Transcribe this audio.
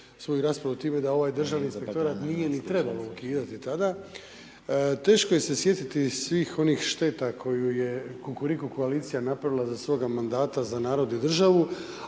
svoju raspravu time da ovaj Državni inspektorat nije ni trebalo ukidati tada, teško se sjetiti svih onih šteta koju je Kukuriku koalicija napravila za svoga mandata za narod i državu.